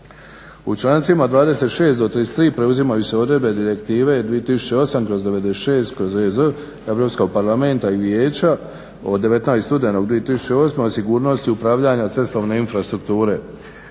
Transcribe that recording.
U člancima 26. do 33. preuzimaju se odredbe Direktive 2008/96/EZ Europskog parlamenta i Vijeća od 19. studenog 2008. o sigurnosti upravljanja cestovne infrastrukture.